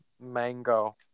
Mango